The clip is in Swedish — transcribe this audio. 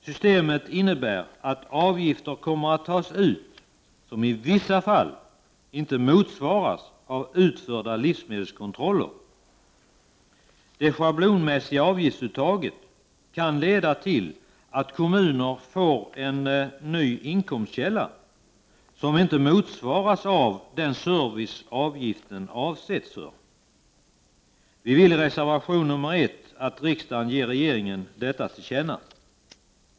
Systemet innebär att avgifter som i vissa fall inte motsvaras av utförda livsmedelskontroller kommer att tas ut. Det schablonmässiga avgiftsuttaget kan leda till att kommuner får en ny inkomstkälla, som inte motsvaras av den service avgiften har avsetts för. Vi vill i reservation nr 1 att riksdagen ger regeringen detta till känna.